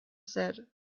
said